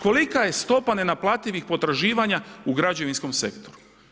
Kolika je stopa nenaplativih potraživanja u građevinskom sektoru?